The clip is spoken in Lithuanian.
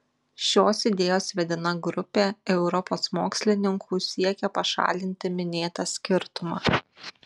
šios idėjos vedina grupė europos mokslininkų siekia pašalinti minėtą skirtumą